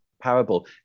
parable